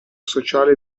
sociale